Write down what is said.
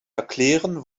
erklären